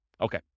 Okay